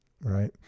right